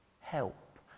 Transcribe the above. help